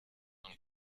und